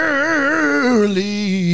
early